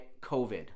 COVID